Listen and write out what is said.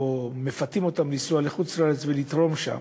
שמפתים אותם לנסוע לחוץ-לארץ ולתרום שם